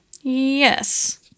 Yes